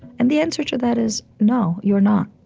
and the answer to that is no, you're not.